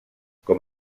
com